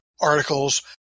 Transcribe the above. articles